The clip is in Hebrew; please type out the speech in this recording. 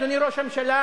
אדוני ראש הממשלה,